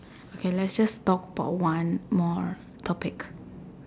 okay let's just talk about one more topic